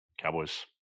cowboys